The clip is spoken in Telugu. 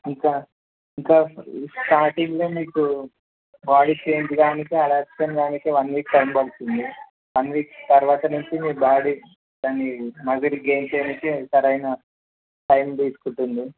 ఇంకా ఇంకా స్టార్టింగ్లో మీకు బాడీ చేేంజ్ కాని అలసట కానీ వన్ వీక్ టైం పడుతుంది వన్ వీక్ తర్వాత నుంచి మీ బాడీ దాని మెజార్ గెయిన్ చేయడానికి సరైన టైం తీసుకుంటుంది